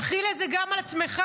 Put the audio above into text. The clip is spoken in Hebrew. תחיל את זה גם על עצמך,